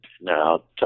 Now